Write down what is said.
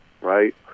right